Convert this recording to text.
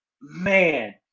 man